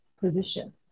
position